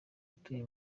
utuye